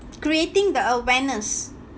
creating the awareness